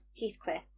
Heathcliff